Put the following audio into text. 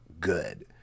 good